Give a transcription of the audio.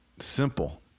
Simple